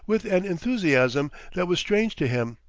with an enthusiasm that was strange to him,